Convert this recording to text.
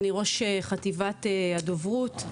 אני ראש חטיבת הדוברות.